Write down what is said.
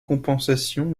compensation